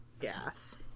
yes